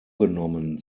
genommen